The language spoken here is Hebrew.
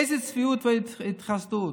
אילו צביעות והתחסדות.